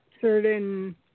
certain